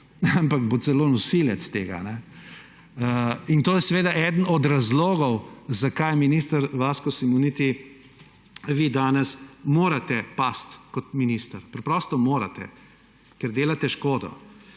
ampak bo celo nosilec tega. To je seveda eden od razlogov, zakaj minister Vasko Simoniti, vi danes morate pasti kot minister, preprosto morate, ker delate škodo.